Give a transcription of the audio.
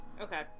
Okay